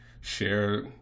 share